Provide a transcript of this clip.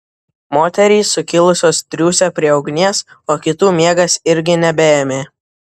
moterys sukilusios triūsė prie ugnies o kitų miegas irgi nebeėmė